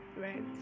Right